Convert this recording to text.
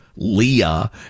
Leah